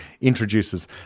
introduces